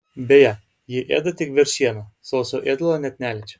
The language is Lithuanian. beje ji ėda tik veršieną sauso ėdalo net neliečia